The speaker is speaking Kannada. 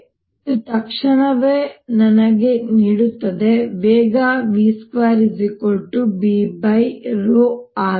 ಇದು ತಕ್ಷಣವೇ ನನಗೆ ನೀಡುತ್ತದೆ ವೇಗ v2Bρ ಆಗಿದೆ